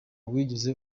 wigeze